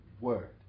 word